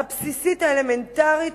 האלמנטרית,